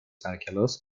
سرکلاس